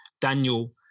Daniel